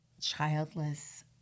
childless